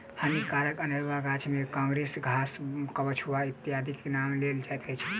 हानिकारक अनेरुआ गाछ मे काँग्रेस घास, कबछुआ इत्यादिक नाम लेल जाइत अछि